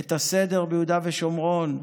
את הסדר ביהודה ושומרון?